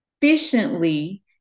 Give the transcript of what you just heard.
efficiently